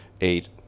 eight